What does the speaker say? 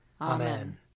Amen